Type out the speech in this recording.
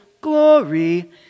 glory